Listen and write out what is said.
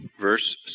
verse